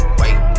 wait